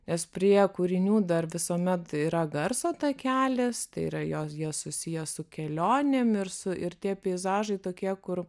nes prie kūrinių dar visuomet yra garso takelis tai yra jos jie susiję su kelionėm ir su ir tie peizažai tokie kur